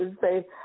say